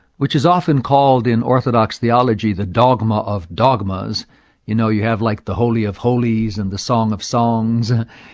which is often called in orthodox theology, the dogma of dogmas you know you have like the holy of holies and the song of songs,